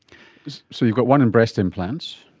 so you've got one in breast implants.